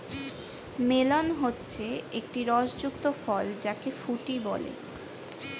melon হচ্ছে একটি রস যুক্ত ফল যাকে ফুটি বলে